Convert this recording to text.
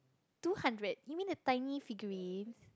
two hundred you mean the tiny figurine